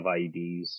IEDs